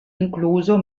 incluso